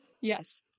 Yes